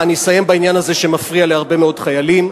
אני אסיים בעניין הזה שמפריע להרבה מאוד חיילים,